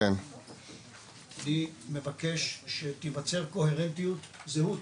אני מבקש שתיווצר קוהרנטיות, זהות